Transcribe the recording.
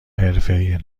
حرفیه